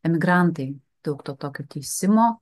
emigrantai daug to tokio teisimo